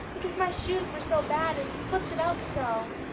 because my shoes were so bad and slipped about so.